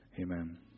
Amen